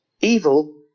Evil